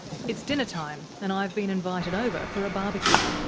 it's dinnertime and i've been invited over for a barbeque.